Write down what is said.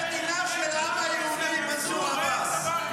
זו מדינה של העם היהודי, מנסור עבאס.